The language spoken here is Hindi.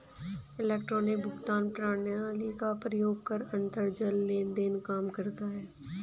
इलेक्ट्रॉनिक भुगतान प्रणाली का प्रयोग कर अंतरजाल लेन देन काम करता है